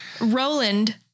Roland